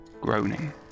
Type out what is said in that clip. groaning